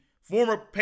former